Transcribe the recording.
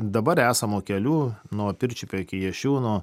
dabar esamų kelių nuo pirčiupio iki jašiūnų